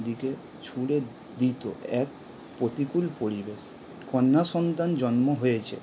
দিকে ছুঁড়ে দিত এক প্রতিকূল পরিবেশ কন্যা সন্তান জন্ম হয়েছে